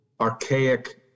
archaic